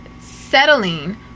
settling